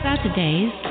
Saturdays